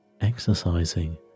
exercising